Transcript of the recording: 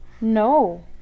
no